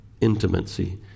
intimacy